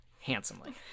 Handsomely